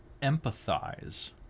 empathize